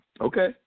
Okay